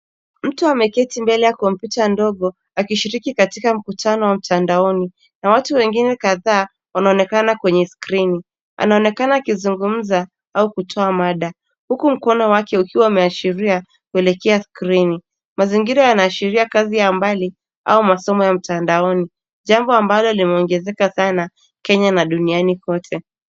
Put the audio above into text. Mtu ameketi mbele ya kompyuta ndogo, akishiriki katika mkutano wa mtandaoni na watu wengine kadhaa wanaoonekana kwenye skrini. Anaonekana akizungumza au kutoa mada, huku mkono wake ukiwa umeashiria kuelekea skrini. Mazingira yanaashiria kazi ya mbali au masomo ya mtandaoni, jambo ambalo limeongezeka sana Kenya na duniani kote.